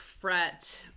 fret